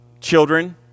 Children